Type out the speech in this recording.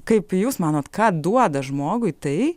kaip jūs manot ką duoda žmogui tai